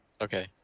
Okay